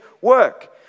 work